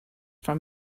from